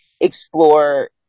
explore